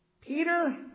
Peter